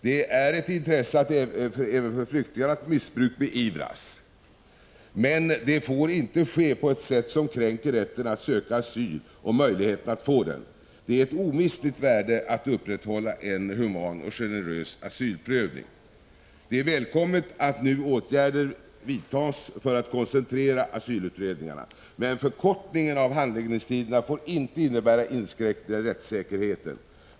Det är ett intresse för flyktingar att missbruk beivras, men det får inte ske på ett sätt som kränker rätten att söka asyl och minskar möjligheterna att få den. Det är ett omistligt värde att upprätthålla en human och generös asylprövning. Det är välkommet att åtgärder nu vidtas för att koncentrera asylutredningarna, men förkortningen av handläggningstiderna får inte innebära inskränkningar i rättssäkerheten.